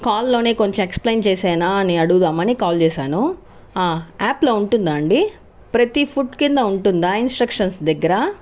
కాల్లోనే కొంచెం ఎక్స్ప్లెయిన్ చేసేయనా అని అడుగుదామని కాల్ చేశాను యాప్లో ఉంటుందా అండి ప్రతి ఫుడ్ కింద ఉంటుందా ఇన్స్ట్రక్షన్స్ దగ్గర